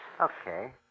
Okay